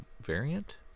variant